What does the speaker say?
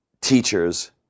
teachers